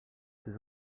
ses